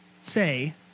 say